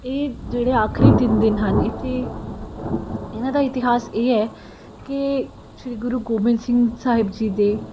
ਇਹ ਜਿਹੜੇ ਆਖਰੀ ਤਿੰਨ ਦਿਨ ਹਨ ਇੱਥੇ ਇਹਨਾਂ ਦਾ ਇਤਿਹਾਸ ਇਹ ਹੈ ਕਿ ਸ਼੍ਰੀ ਗੁਰੂ ਗੋਬਿੰਦ ਸਿੰਘ ਸਾਹਿਬ ਜੀ ਦੇ